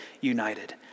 united